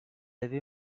avait